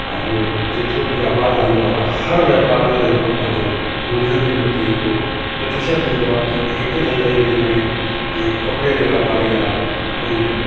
पंहिंजो जेतिरो बि वापार हलंदो आहे हर वापार जो हिकिड़ो पंहिंजो मूलधन जे प्रति हिकिड़ो प्रतिशत हूंदो आहे कि हिकु धंधे जंहिं में जीअं हिकु कपिड़े जो वापारी आहे उन्हीअ खे